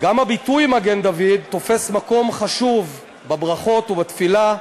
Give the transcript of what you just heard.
גם הביטוי מגן-דוד תופס מקום חשוב בברכות ובתפילה,